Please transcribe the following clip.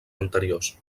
anteriors